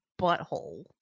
butthole